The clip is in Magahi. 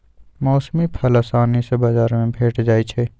मौसमी फल असानी से बजार में भेंट जाइ छइ